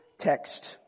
text